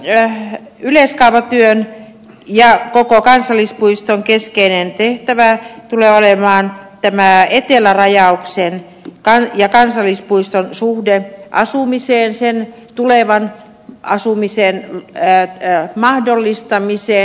tämän yleiskaavatyön ja koko kansallispuiston keskeinen tehtävä tulee olemaan etelärajauksen ja kansallispuiston suhde asumiseen tulevan asumisen mahdollistamiseen